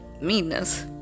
meanness